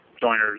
joiners